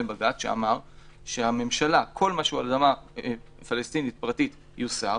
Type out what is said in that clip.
בג"ץ שאמר שכל מה שעל אדמה פלסטינית פרטית יוסר